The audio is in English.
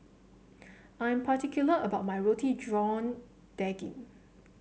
I'm particular about my Roti John Daging